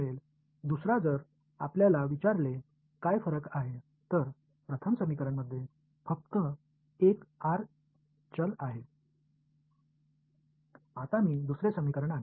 மற்றொன்று வித்தியாசம் என்ன என்று உங்களிடம் கேட்டால் முதல் சமன்பாடு ஒரு மாறி r கொண்ட சமன்பாடு ஆகும்